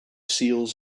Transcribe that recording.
seals